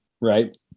right